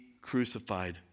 crucified